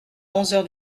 onze